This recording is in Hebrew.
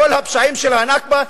כל הפשעים של ה"נכבה",